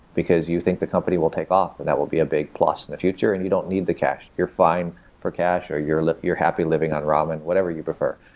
because you think the company will take off and that will be a big plus in the future and you don't need the cash. you're fine for cash, or you're like you're happy living on ramen, um and whatever you prefer.